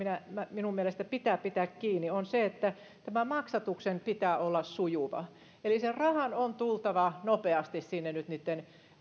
minun mielestäni pitää pitää kiinni tämän maksatuksen pitää olla sujuvaa eli sen rahan on tultava nyt nopeasti sinne niitten